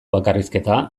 bakarrizketa